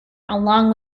along